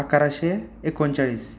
अकराशे एकोणचाळीस